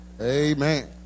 Amen